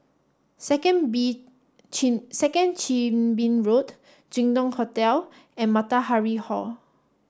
Second Bee Chin Second Chin Bee Road Jin Dong Hotel and Matahari Hall